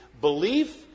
Belief